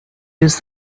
use